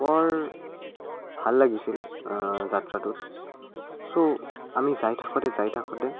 বৰ ভাল লাগিছিল যাত্ৰাটোত চ' আমি যাই থাকোঁতে যাই থাকোঁতে